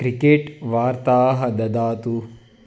cricket वार्ताः ददातु